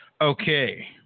Okay